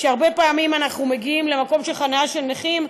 הרבה פעמים אנחנו מגיעים למקום חניה של נכים,